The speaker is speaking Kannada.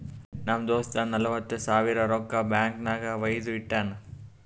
ನಮ್ ದೋಸ್ತ ನಲ್ವತ್ ಸಾವಿರ ರೊಕ್ಕಾ ಬ್ಯಾಂಕ್ ನಾಗ್ ವೈದು ಇಟ್ಟಾನ್